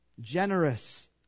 generous